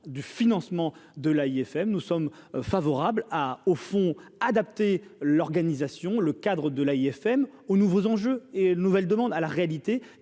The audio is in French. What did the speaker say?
du financement de l'AFM, nous sommes favorables à au fond adapter l'organisation, le cadre de l'AFM aux nouveaux enjeux et une nouvelle demande à la réalité